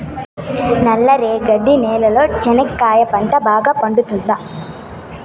నల్ల రేగడి నేలలో చెనక్కాయ పంట బాగా పండుతుందా?